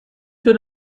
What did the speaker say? für